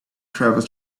travels